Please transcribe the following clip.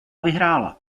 vyhrála